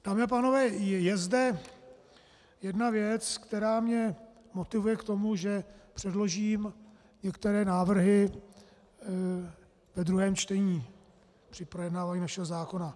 Dámy a pánové, je zde jedna věc, která mě motivuje k tomu, že předložím některé návrhy ve druhém čtení při projednávání našeho zákona.